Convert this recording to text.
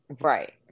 Right